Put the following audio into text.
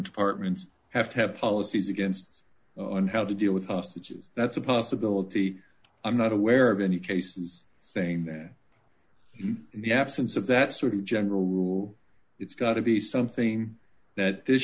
departments have to have policies against on how to deal with hostages that's a possibility i'm not aware of any cases saying that the absence of that sort of general rule it's got to be something that